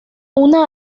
una